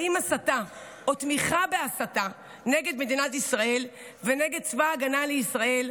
האם הסתה או תמיכה בהסתה נגד מדינת ישראל ונגד צבא ההגנה לישראל,